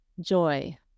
joy